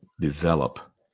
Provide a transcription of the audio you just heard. develop